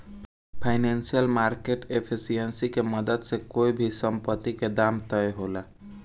financial market efficiency के मदद से कोई भी संपत्ति के दाम तय होला